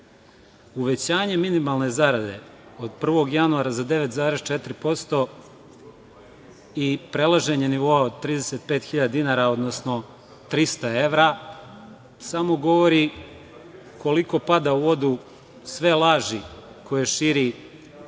Uvećanje minimalne zarade od 1. januara za 9,4% i prelaženje nivoa od 35 hiljada dinara, odnosno 300 evra samo govori koliko padaju u vodu sve laži tzv.